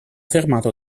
fermato